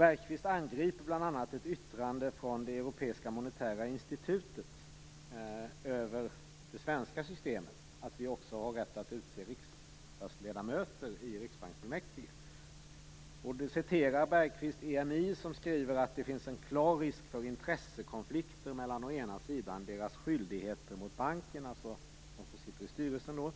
Bergqvist angriper bl.a. ett yttrande av det Europeiska monetära institutet om det svenska systemet, att vi också har rätt att utse riksdagsledamöter i riksbanksfullmäktige. Bergqvist citerar EMI, som skriver att det finns en klar risk för intressekonflikter mellan å ena sidan deras skyldigheter mot banken - det gäller alltså dem som sitter i styrelsen -,